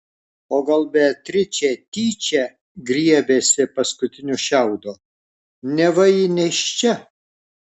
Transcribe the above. o gal beatričė tyčia griebėsi paskutinio šiaudo neva ji nėščia